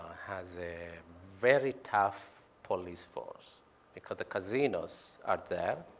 has a very tough police force because the casinos are there,